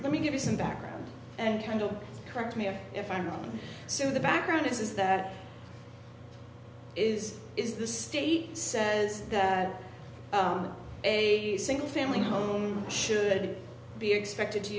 let me give you some background and kind of correct me if i'm wrong so the background is that is is the state says that a single family home should be expected to